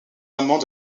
amants